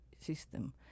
system